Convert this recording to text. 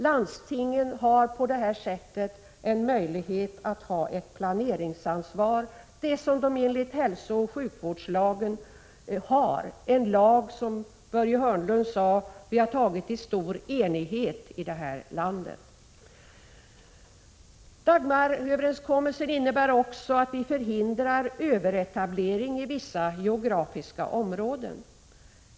Landstingen har på det här sättet en möjlighet att ta ett planeringsansvar, som de enligt hälsooch sjukvårdslagen skall bära. Som Börje Hörnlund sade är det en lag som vi har antagit i stor enighet i det här landet. Dagmaröverenskommelsen innebär också att vi förhindrar överetablering inom vissa geografiska områden.